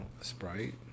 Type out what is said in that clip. Sprite